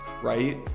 Right